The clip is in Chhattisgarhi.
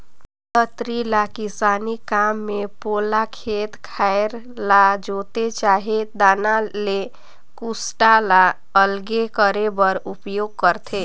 दँतरी ल किसानी काम मे पोला खेत खाएर ल जोते चहे दाना ले कुसटा ल अलगे करे बर उपियोग करथे